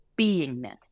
beingness